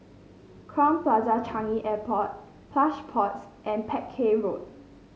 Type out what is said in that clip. Crowne Plaza Changi Airport Plush Pods and Peck Hay Road